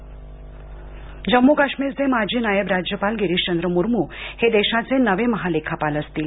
CAG मर्म जम्मू काश्मीरचे माजी नायब राज्यपाल गिरीशचंद्र मुर्मू हे देशाचे नवे महालेखापाल असतील